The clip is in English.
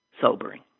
sobering